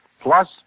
Plus